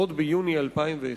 עוד ביוני 2001,